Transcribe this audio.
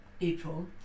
April